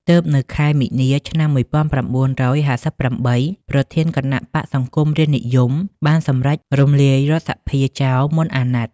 ទើបនៅខែមីនា ឆ្នាំ ១៩៥៨ ប្រធានគណបក្សសង្គមរាស្ត្រនិយមបានសម្រេចរំលាយរដ្ឋសភាចោលមុនអាណត្តិ។